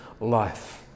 life